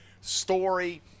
story